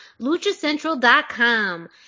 LuchaCentral.com